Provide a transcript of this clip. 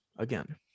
again